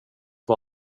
vad